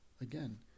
again